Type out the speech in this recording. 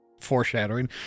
foreshadowing